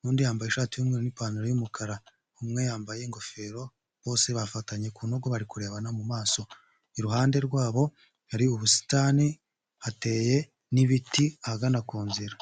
n'undi yambaye ishati y'umweru n'ipantaro y'umukara, umwe yambaye ingofero, bose bafatanye ku ntugu, bari kurebana mu maso. Iruhande rwabo hari ubusitani, hateye n'ibiti ahagana ku nzira.